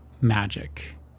magic